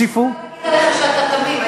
הוסיפו, אני יכולה להגיד עליך שאתה תמים.